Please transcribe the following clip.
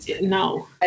no